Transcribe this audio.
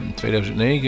2009